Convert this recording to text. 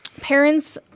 parents